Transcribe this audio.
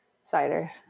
Cider